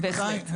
בהחלט.